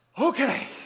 okay